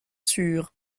sûr